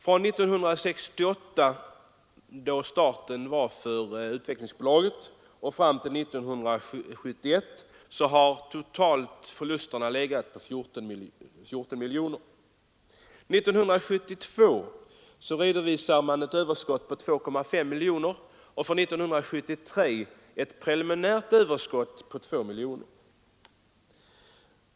Från 1968, då Utvecklingsbolaget startade sin verksamhet, fram till 1971 har totalförlusterna legat på 14 miljoner kronor. År 1972 redovisade man ett överskott på 2,5 miljoner och 1973 ett preliminärt överskott på 2 miljoner.